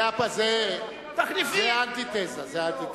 זה אנטיתזה.